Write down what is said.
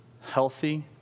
healthy